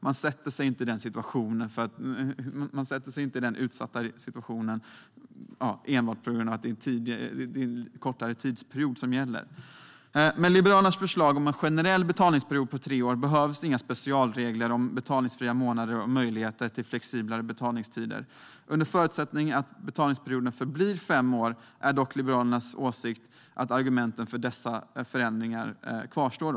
Man försätter sig inte i den utsatta situationen bara för att tidsperioden blir kortare. Med Liberalernas förslag om en generell betalningsperiod på tre år behövs inga specialregler om betalningsfria månader och möjlighet till flexiblare betalningstid. Under förutsättning att betalningsperioden förblir fem år är dock Liberalernas åsikt att argumenten för dessa förändringar kvarstår.